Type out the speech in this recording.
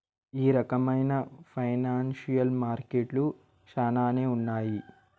ఈ రకమైన ఫైనాన్సియల్ మార్కెట్లు శ్యానానే ఉన్నాయి